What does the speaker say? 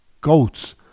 goats